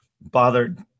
bothered